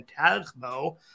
Fantasmo